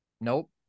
Nope